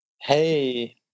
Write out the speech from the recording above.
Hey